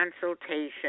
consultation